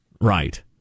Right